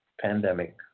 pandemic